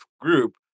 group